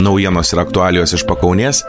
naujienos ir aktualijos iš pakaunės